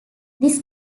this